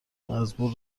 مزبور